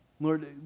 Lord